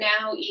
now